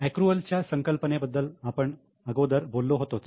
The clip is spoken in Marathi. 'एकृअल' च्या संकल्पने बद्दल आपण अगोदर बोललो होतोच